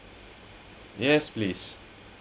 yes please